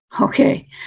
okay